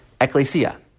ecclesia